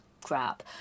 crap